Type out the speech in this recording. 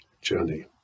journey